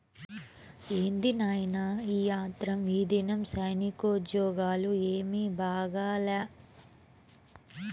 ఏంది నాయినా ఈ ఆత్రం, ఈదినం సైనికోజ్జోగాలు ఏమీ బాగాలా